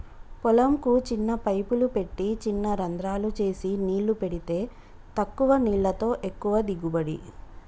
పొలం కు చిన్న పైపులు పెట్టి చిన రంద్రాలు చేసి నీళ్లు పెడితే తక్కువ నీళ్లతో ఎక్కువ దిగుబడి